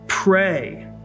Pray